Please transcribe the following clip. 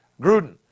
Gruden